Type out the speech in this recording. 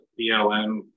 BLM